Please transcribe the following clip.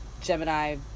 Gemini